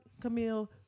camille